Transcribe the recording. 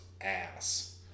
ass